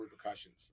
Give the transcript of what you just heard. repercussions